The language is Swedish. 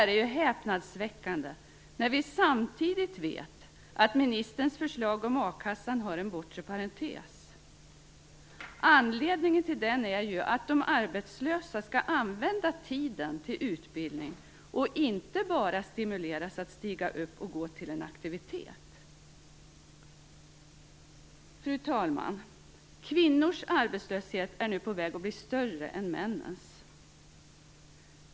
Det här är häpnadsväckande, när vi samtidigt vet att ministerns förslag om a-kassan har en bortre parentes. Anledningen till den är ju att de arbetslösa skall använda tiden till utbildning och inte bara stimuleras att stiga upp och gå till en aktivitet. Fru talman! Kvinnors arbetslöshet är nu på väg att bli större än männens.